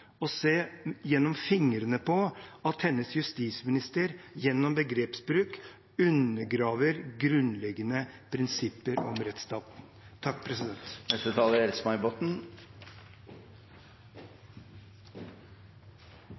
å se gjennom fingrene på at hennes justisminister gjennom begrepsbruk undergraver grunnleggende prinsipper om rettsstaten.